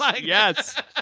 Yes